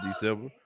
December